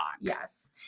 Yes